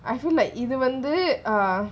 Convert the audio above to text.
I feel like இதுவந்து: idhu vandhu uh